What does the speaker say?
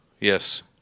Yes